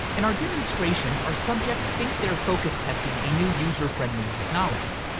in our demonstration our subjects think they're focused testing a new user friendly technology.